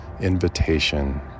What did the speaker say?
invitation